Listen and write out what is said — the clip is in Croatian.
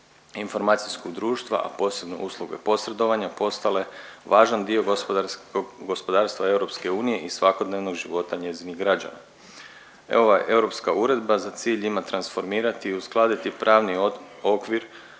informacijskog društva, a posebno usluge posredovanja postale važan dio gospodarsko… gospodarstva EU i svakodnevnog života njezinih građana. …/Govornik se ne razumije./… Europska uredba za cilj ima transformirati i uskladi pravni okvir